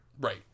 right